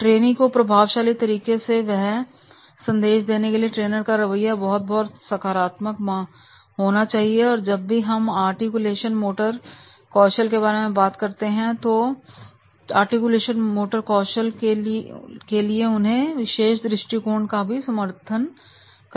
trainee को प्रभावशाली तरीके से वह संदेश देने के लिए ट्रेनर का रवैया बहुत बहुत सकरात माफ होना चाहिए और जब भी हम आर्टिकुलेशन मोटर कौशल के बारे में बात करते हैं तो फोन आर्टिकुलेशन मोटर कौशल के लिए उन्हें विशेष दृष्टिकोण का समर्थन भी करना होगा